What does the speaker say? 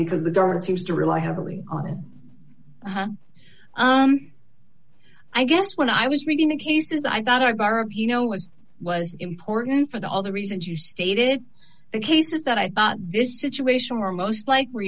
because the government seems to rely heavily on it i guess when i was reading the cases i thought are of you know was was important for the all the reasons you stated the cases that i thought this situation were most like were